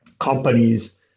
companies